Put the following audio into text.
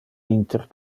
inter